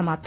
समाप्त